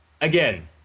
Again